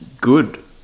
good